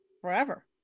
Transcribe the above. forever